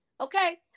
Okay